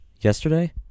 Yesterday